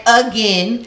again